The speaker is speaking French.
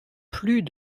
plus